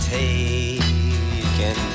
taken